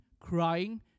crying